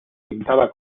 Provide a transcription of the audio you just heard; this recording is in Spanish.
pintaba